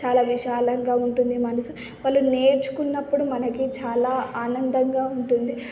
చాలా విశాలంగా ఉంటుంది టది మనస్సు వాళ్ళు నేర్చుకున్నప్పుడు మనకి చాలా ఆనందంగా ఉంటుంది